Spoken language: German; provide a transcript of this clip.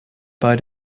bei